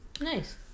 Nice